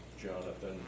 Jonathan